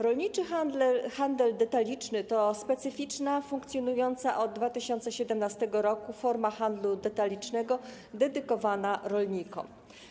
Rolniczy handel detaliczny to specyficzna, funkcjonująca od 2017 r. forma handlu detalicznego dedykowana rolnikom.